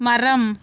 மரம்